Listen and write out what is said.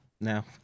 now